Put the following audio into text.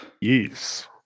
Yes